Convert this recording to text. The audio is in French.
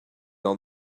dans